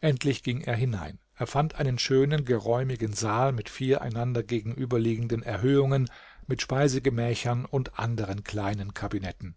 endlich ging er hinein er fand einen schönen geräumigen saal mit vier einander gegenüberliegenden erhöhungen mit speisegemächern und anderen kleinen kabinetten